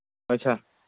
ꯍꯣꯏ ꯁꯥꯔ